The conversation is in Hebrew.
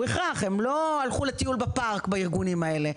הן לא הלכו לטיפול בפארק בארגונים האלה,